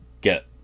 get